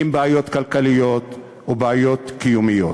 עם בעיות כלכליות ובעיות קיומיות.